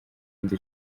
minsi